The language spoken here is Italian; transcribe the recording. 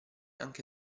anche